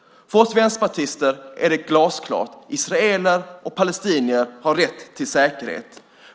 För oss vänsterpartister är det glasklart. Israeler och palestinier har rätt till säkerhet.